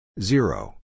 Zero